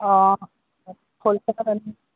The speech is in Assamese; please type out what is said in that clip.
অঁ